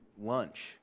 lunch